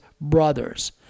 brothers